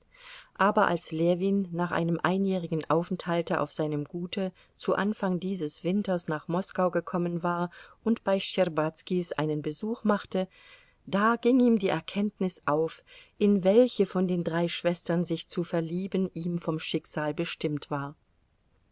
aber als ljewin nach einem einjährigen aufenthalte auf seinem gute zu anfang dieses winters nach moskau gekommen war und bei schtscherbazkis einen besuch machte da ging ihm die erkenntnis auf in welche von den drei schwestern sich zu verlieben ihm vom schicksal bestimmt war